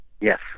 Yes